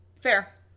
Fair